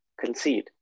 concede